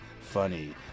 funny